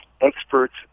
Experts